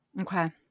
Okay